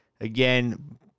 Again